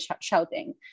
shouting